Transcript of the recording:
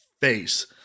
face